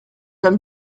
vient